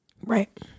Right